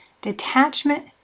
Detachment